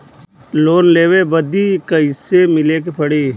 Loan लेवे बदी कैसे मिले के पड़ी?